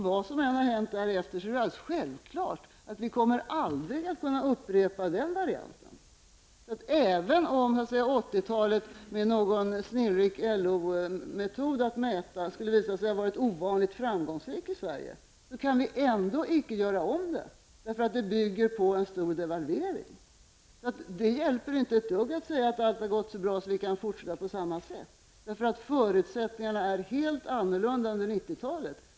Vad som än händer härefter är det alldeles självklart att vi aldrig kommer att kunna upprepa den varianten. Även om 80-talet med någon snillrik mätningsmetod från LO skulle ha visat sig vara ovanligt framgångsrikt i Sverige, kan vi ändå icke göra om det, eftersom det bygger på en stor devalvering. Det hjälper inte ett dugg att säga att allt har gått så bra att vi kan fortsätta på samma sätt, för förutsättningarna är helt annorlunda under 90 talet.